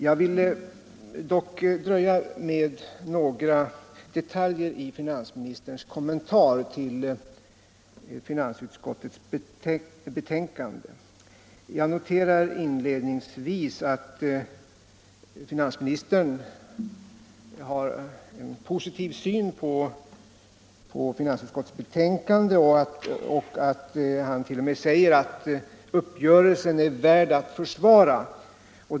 Jag vill dröja vid några detaljer i finansministerns kommentarer till finansutskottets betänkande. Jag noterar inledningsvis att finansministern har en positiv syn på betänkandet och att han t.o.m. säger att uppgörelsen är värd att försvara.